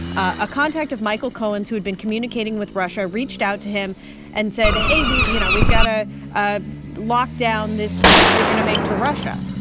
a contact of michael cohen's, who had been communicating with russia, reached out to him and said, hey, we you know, we've got to ah lock down this trip you're going to make to russia.